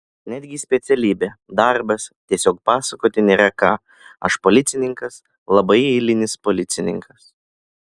netgi specialybė darbas tiesiog pasakoti nėra ką aš policininkas labai eilinis policininkas